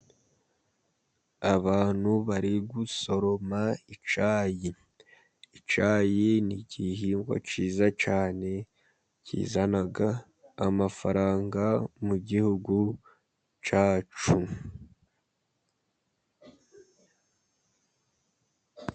Abantu bari gusoroma icyayi. Icyayi ni igihingwa cyiza cyane kizana amafaranga mu gihugu cyacu.